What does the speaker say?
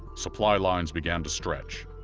supply lines began to stretch.